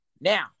now